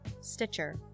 Stitcher